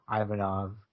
Ivanov